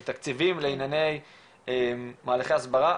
כי תקציבים למהלכי הסברה,